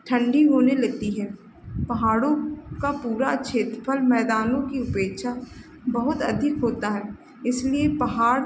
ठण्डी होने लगती है पहाड़ों का पूरा क्षेत्रफल मैदानों की अपेक्षा बहुत अधिक होता है इसलिए पहाड़